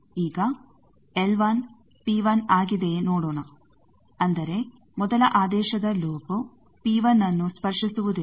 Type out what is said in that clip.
ಈಗ L P1 ಆಗಿದೆಯೇ ನೋಡೋಣ ಅಂದರೆ ಮೊದಲ ಆದೇಶದ ಲೂಪ್ P1 ನ್ನು ಸ್ಪರ್ಶಿಸುವುದಿಲ್ಲ